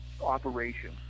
operation